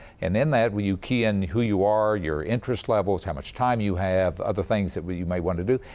and in that you key in who you are, your interest levels, how much time you have, other things that but you may want to do.